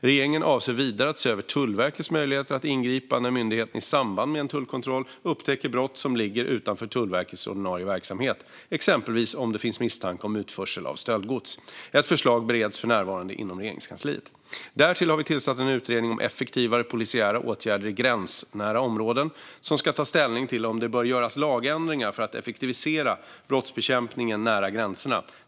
Regeringen avser vidare att se över Tullverkets möjligheter att ingripa när myndigheten i samband med en tullkontroll upptäcker brott som ligger utanför Tullverkets ordinarie verksamhet, exempelvis om det finns misstanke om utförsel av stöldgods. Ett förslag bereds för närvarande inom Regeringskansliet. Därtill har vi tillsatt en utredning om effektivare polisiära åtgärder i gränsnära områden som ska ta ställning till om det bör göras lagändringar för att effektivisera brottsbekämpningen nära gränserna.